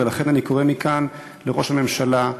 ולכן אני קורא מכאן לראש הממשלה,